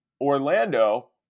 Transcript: Orlando